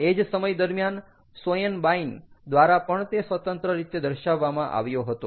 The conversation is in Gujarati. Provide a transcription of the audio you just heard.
એ જ સમય દરમ્યાન શોએનબાઇન દ્વારા પણ તે સ્વતંત્ર રીતે દર્શાવવામાં આવ્યો હતો